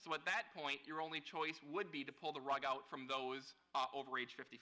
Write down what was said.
so at that point your only choice would be to pull the rug out from those over age fifty